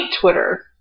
Twitter